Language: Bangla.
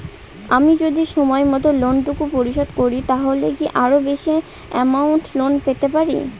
আমি যদি সময় মত লোন টুকু পরিশোধ করি তাহলে কি আরো বেশি আমৌন্ট লোন পেতে পাড়ি?